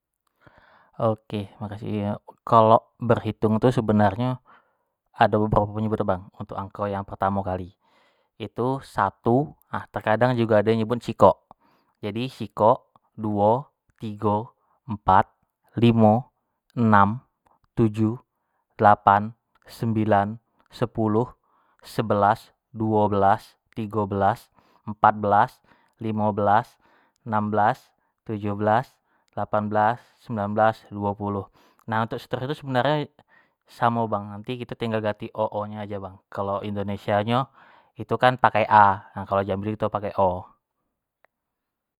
ok, maksih yo. Kalo berhitung tu sebenarnyo ado beberapo penyebutan bang untuk angko yang pertamo kali, itu satu nah terkadang do jugo yang nyebut sikok, jadi sikok, duo, tigo, empat, limo, enam, tujuh, delapan, sembilan, sepulu, sebelas, duo belas, tigo belas, empat belas, limo belas, enam belas, tujuh belas, delapan belas, sembilan belas, duo puluh, nah untuk seterusnyo tu sebenarnyo samo bang, nant kito tinggal ganti o o nyo ajo bang, kalo indonesia nyo itu kan pake a, nah kalo jambi kto pake o.